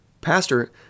Pastor